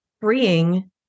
freeing